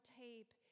tape